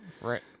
Right